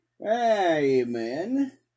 Amen